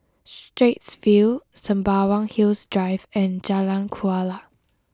Straits View Sembawang Hills Drive and Jalan Kuala